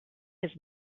his